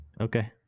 Okay